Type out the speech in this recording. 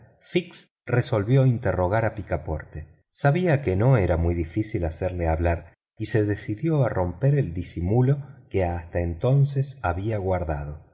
resolvió interrogar a picaporte sabía que no era muy difícil hacerle hablar y se decidió a romper el disimulo que hasta entonces había guardado